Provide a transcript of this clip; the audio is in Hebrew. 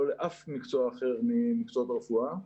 לא לאף מקצוע אחר ממקצועות הרפואה.